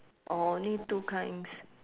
orh only two kinds